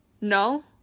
No